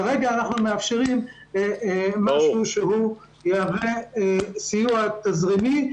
כרגע אנחנו מאפשרים משהו שיהווה סיוע תזרימי.